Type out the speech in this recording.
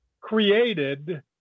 created